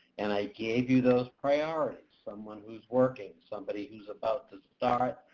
and i gave you those priorities. someone who's working. somebody who is about to start.